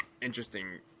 interesting